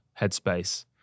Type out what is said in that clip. headspace